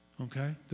okay